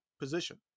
position